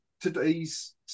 today's